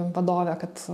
vadovė kad